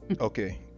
Okay